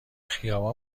خیابان